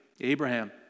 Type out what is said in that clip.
Abraham